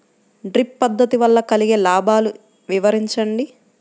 Drip పద్దతి వల్ల కలిగే లాభాలు వివరించండి?